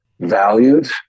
valued